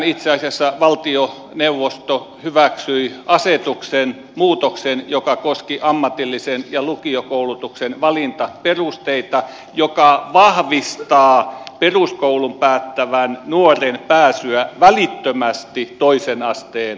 itse asiassa tänään valtioneuvosto hyväksyi asetuksen muutoksen joka koski ammatillisen ja lukiokoulutuksen valintaperusteita ja joka vahvistaa peruskoulun päättävän nuoren pääsyä välittömästi toisen asteen koulutukseen